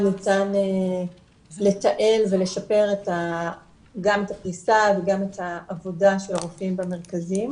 ניתן לתעל ולשפר את גם את הפריסה וגם את העבודה של הרופאים במרכזים.